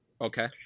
Okay